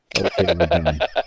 okay